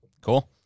cool